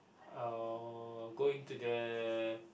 I will going to the